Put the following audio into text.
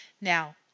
Now